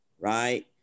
Right